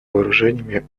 вооружениями